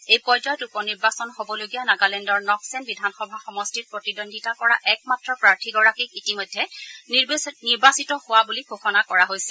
এই পৰ্যায়ত উপ নিৰ্বাচন হ'বলগীয়া নগালেণ্ডৰ নক্সেন বিধানসভা সমষ্টিত প্ৰতিদ্বন্দ্বিতা কৰা একমাত্ৰ প্ৰাৰ্থীগৰাকীক ইতিমধ্যে নিৰ্বাচিত হোৱা বুলি ঘোষণা কৰা হৈছে